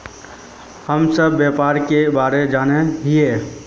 हम सब व्यापार के बारे जाने हिये?